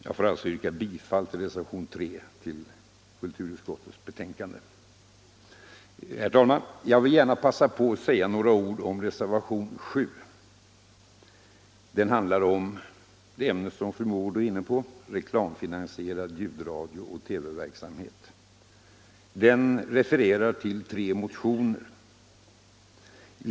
Jag får alltså yrka bifall till reservationen 3 vid kulturutskottets betänkande. Herr talman! Jag vill gärna passa på att säga några ord om reservationen 7. Den handlar om reklamfinansierad ljudradio och TV-verksamhet och den refererar till tre motioner.